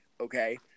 Okay